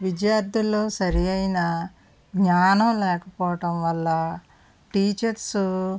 విద్యార్థుల్లో సరైన జ్ఞానం లేకపోవడం వల్ల టీచర్స్